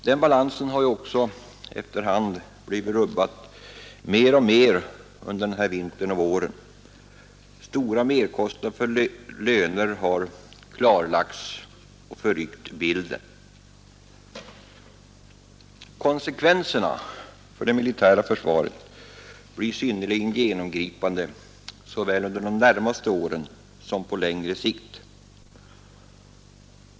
Den balansen har ju efter hand blivit rubbad mer och mer under vintern och våren — stora merkostnader för löner har klarlagts och förryckt bilden. Konsekvenserna för det militära försvaret blir synnerligen genomgripande såväl under de närmaste åren som på längre sikt.